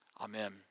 Amen